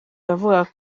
yavugaga